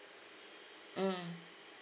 mm